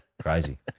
Crazy